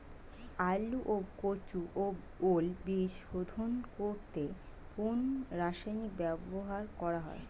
আলু ও কচু ও ওল বীজ শোধন করতে কোন রাসায়নিক ব্যবহার করা হয়?